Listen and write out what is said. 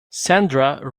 sandra